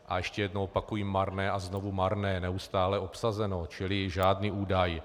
A ještě jednou opakuji marné a znovu marné, neustále obsazeno, čili žádný údaj.